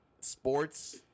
Sports